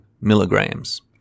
milligrams